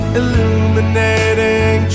illuminating